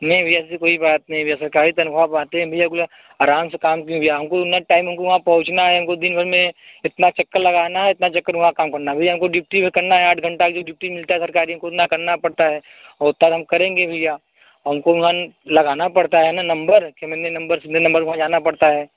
नहीं भैया ऐसी कोई बात नहीं है भैया सरकारी तनख़्वाह पाते हैं भैया आराम से काम करेंगे भैया हम को इतना टाइम हम को पहुंचना है हम को दिन भर में हम को इतना चक्कर लगाना है इतना चक्कर वहाँ काम करना है भैया हम को ड्यूटी का करना है आठ घंटे की जो ड्यूटी मिलता है सरकारी हम को करना पड़ता है वो तब हम करेंगे भैया हम को वहाँ लगाना पड़ता है ना नंबर इतने नंबर से इतनी नंबर तक वहाँ जाना पड़ता है